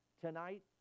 tonight